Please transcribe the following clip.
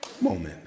moment